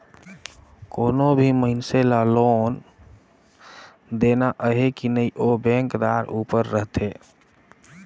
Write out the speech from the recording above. कोनो भी मइनसे ल लोन देना अहे कि नई ओ बेंकदार उपर रहथे